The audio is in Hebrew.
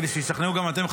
וכדי שתשתכנעו גם אתם,